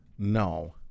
no